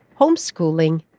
homeschooling